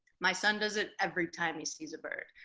my son does it every time he sees a bird.